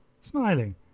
smiling